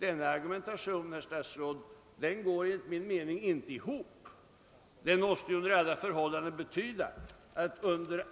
Denna argumentation går, herr statsråd, enligt min mening inte ihop. Den måste hur som helst betyda att under